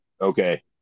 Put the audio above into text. okay